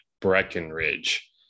Breckenridge